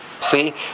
See